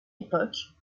époque